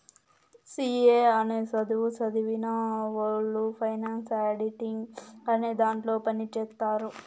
C A అనే సధువు సదివినవొళ్ళు ఫైనాన్స్ ఆడిటింగ్ అనే దాంట్లో పని చేత్తారు